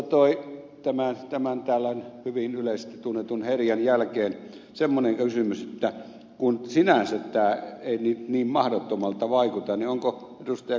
mutta tämän täällä hyvin yleisesti tunnetun herjan jälkeen semmoinen kysymys että kun sinänsä tämä ei niin mahdottomalta vaikuta niin onko ed